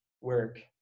work